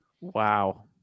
Wow